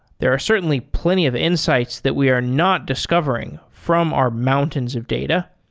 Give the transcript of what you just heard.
there are certainly plenty of insights that we are not discovering from our mountains of data,